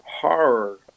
horror